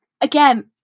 again